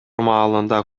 маалында